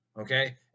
Okay